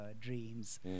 dreams